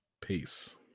peace